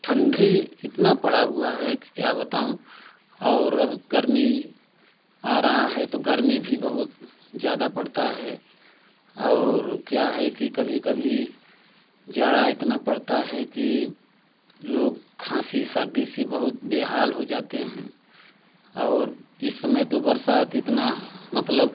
ठंडी इतना पड़ा हुआ है कि क्या बताऊँ और अब गरमी आ रहा है तो गरमी भी बहुत ज़्यादा पड़ता है और क्या है कि कभी कभी जाड़ा इतना पड़ता है कि लोग खाँसी सर्दी से बहुत बेहाल हो जाते हैं और इस समय तो बरसात इतना मतलब